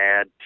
add